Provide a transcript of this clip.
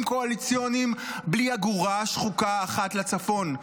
קואליציוניים בלי אגורה שחוקה אחת לצפון?